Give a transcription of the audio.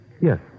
Yes